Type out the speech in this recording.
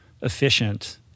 efficient